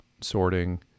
sorting